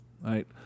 right